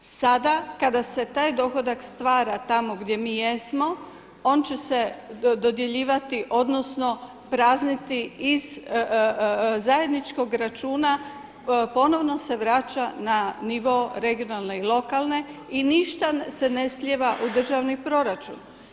Sada kada se taj dohodak stvara tamo gdje mi jesmo, on će se dodjeljivati odnosno prazniti iz zajedničkog računa ponovno se vraća na nivo regionalne i lokalne i ništa se ne slijeva u državni proračun.